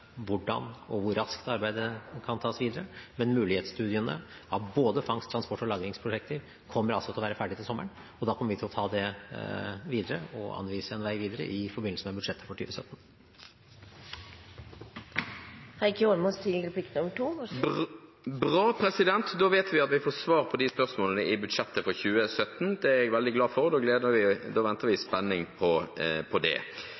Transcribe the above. hvordan og hvor raskt arbeidet kan tas videre, men mulighetsstudiene av både fangst-, transport- og lagringsprosjekter kommer altså til å være ferdige til sommeren. Da kommer vi til å ta det videre og anvise en vei videre i forbindelse med budsjettet for 2017. Bra, da vet vi at vi får svar på de spørsmålene i budsjettet for 2017. Det er jeg veldig glad for, da venter vi i spenning på det. Men da